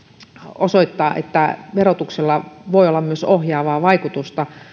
osoittaa että verotuksella voi olla myös ohjaavaa vaikutusta